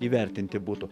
įvertinti būtų